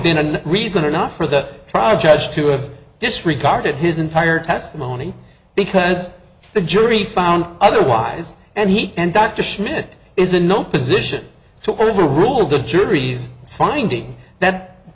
been a reason enough for the trial judge to have disregarded his entire testimony because the jury found otherwise and he and dr schmidt is a no position to overrule the jury's finding that